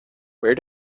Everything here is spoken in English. where